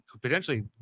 potentially